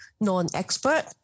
non-expert